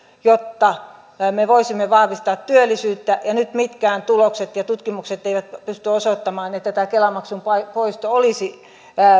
jotta me voisimme vahvistaa työllisyyttä ja nyt mitkään tulokset ja tutkimukset eivät pysty osoittamaan että tämä kela maksun poisto olisi